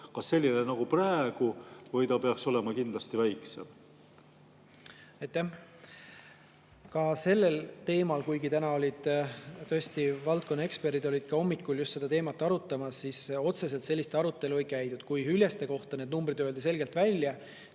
kas selline nagu praegu või ta peaks olema kindlasti väiksem?